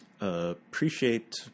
appreciate